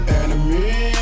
enemy